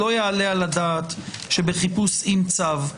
לא יעלה על הדעת שבחיפוש עם צו,